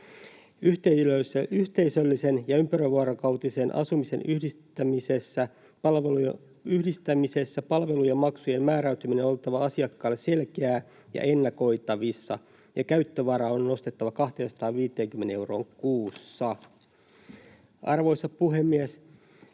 Yhteisöllisen ja ympärivuorokautisen asumisen yhdistämisessä palvelujen maksujen määräytyminen on oltava asiakkaille selkeää ja ennakoitavissa, ja käyttövara on nostettava 250 euroon kuussa. Arvoisa puhemies!